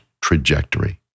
trajectory